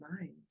mind